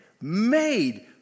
made